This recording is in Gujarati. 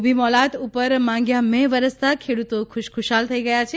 ઉભી મોલાત ઉપર માંગ્યા મેહ વરસતા ખેડૂતો ખુશખુશાલ થઇ ગયા છે